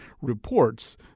reports